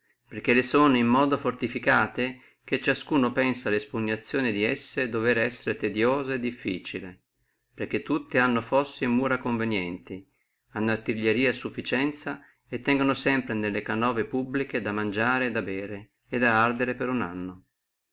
perché le sono in modo fortificate che ciascuno pensa la espugnazione di esse dovere essere tediosa e difficile perché tutte hanno fossi e mura conveniente hanno artiglierie a sufficienzia tengono sempre nelle cànove publiche da bere e da mangiare e da ardere per uno anno